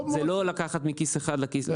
זה לא לקחת מכיס אחד לכיס שני.